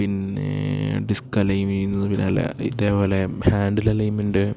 പിന്നെ ഡിസ്ക്ക് അലൈവീചെയ്യുന്നത് ഇതേപോലെ ഹാൻഡിൽ അലൈമെന്റ്